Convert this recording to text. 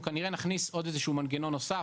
כנראה נכניס עוד איזה שהוא מנגנון נוסף,